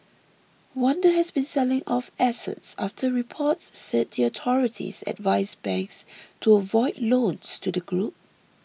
Wanda has been selling off assets after reports said the authorities advised banks to avoid loans to the group